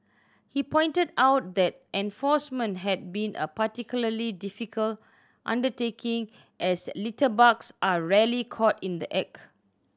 he pointed out that enforcement had been a particularly difficult undertaking as litterbugs are rarely caught in the act